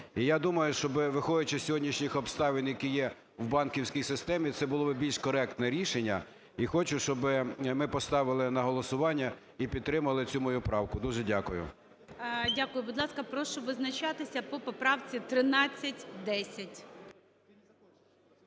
І я думаю, що, виходячи з сьогоднішніх обставин, які є в банківській системі, це було б більш коректне рішення. І хочу, щоб ми поставили на голосування і підтримали цю мою правку. Дуже дякую. ГОЛОВУЮЧИЙ. Дякую. Будь ласка, прошу визначатися по правці 1310.